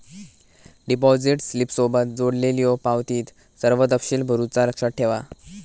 deposit स्लिपसोबत जोडलेल्यो पावतीत सर्व तपशील भरुचा लक्षात ठेवा